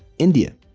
india.